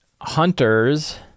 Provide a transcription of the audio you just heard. Hunters